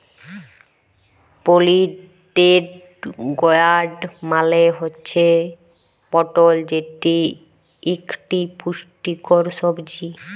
পলিটেড gourd মালে হুচ্যে পটল যেটি ইকটি পুষ্টিকর সবজি